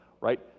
right